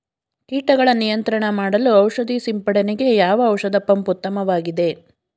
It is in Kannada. ಕೀಟಗಳ ನಿಯಂತ್ರಣ ಮಾಡಲು ಔಷಧಿ ಸಿಂಪಡಣೆಗೆ ಯಾವ ಔಷಧ ಪಂಪ್ ಉತ್ತಮವಾಗಿದೆ?